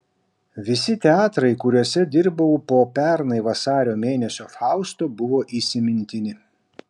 visi teatrai kuriuose dirbau po pernai vasario mėnesio fausto buvo įsimintini